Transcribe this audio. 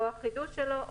חידושו,